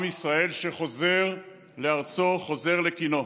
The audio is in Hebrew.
עם ישראל שחוזר לארצו, חוזר לקינו.